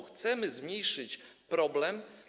Chcemy zmniejszyć problem.